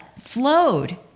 flowed